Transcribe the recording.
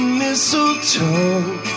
mistletoe